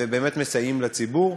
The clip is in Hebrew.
ובאמת מסייע לציבור.